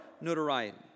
notoriety